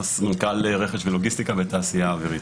סגן סמנכ"ל רכש ולוגיסטיקה בתעשייה האווירית.